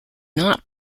not